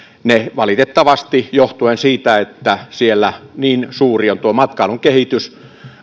lennot valitettavasti johtuen siitä että siellä on niin suuri tuo matkailun kehitys